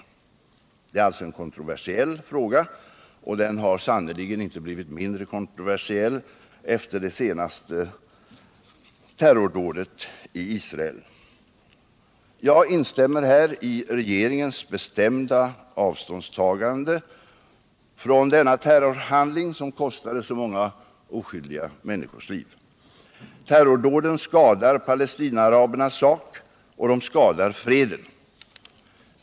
Detta är alltså en kontroversiell fråga, och den har sannerligen inte blivit mindre kontroversiell efter det senaste terrordådet i Israel. Jag instämmer i regeringens bestämda avståndstagande från denna terrorhandling, som kostade så många oskyldiga människors liv. Terrordåden skadar palestinaarabernas sak, och de skadar freden.